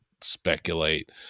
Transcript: speculate